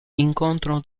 incontrano